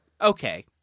Okay